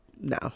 No